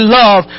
love